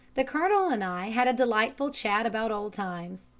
the colonel and i had a delightful chat about old times.